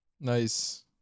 Nice